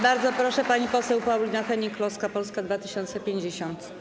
Bardzo proszę, pani poseł Paulina Hennig-Kloska, Polska 2050.